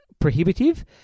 prohibitive